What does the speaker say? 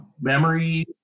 memory